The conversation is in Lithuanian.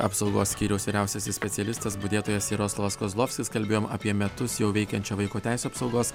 apsaugos skyriaus vyriausiasis specialistas budėtojas jaroslavas kozlovskis kalbėjom apie metus jau veikiančią vaiko teisių apsaugos